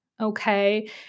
Okay